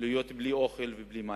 להיות בלי אוכל ובלי מים.